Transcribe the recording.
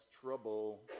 trouble